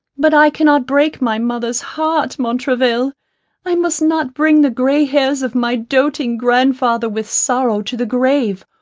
but i cannot break my mother's heart, montraville i must not bring the grey hairs of my doating grand-father with sorrow to the grave,